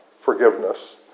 Forgiveness